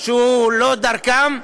שלא דרכם.